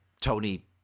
Tony